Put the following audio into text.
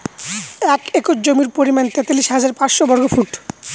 এক একর জমির পরিমাণ তেতাল্লিশ হাজার পাঁচশ ষাট বর্গফুট